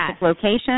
location